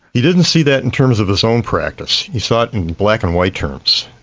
he didn't see that in terms of his own practice, he saw it in black and white terms.